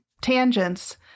tangents